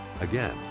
Again